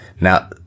Now